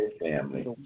family